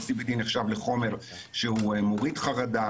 ה-CBD נחשב לחומר שמוריד חרדה,